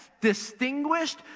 distinguished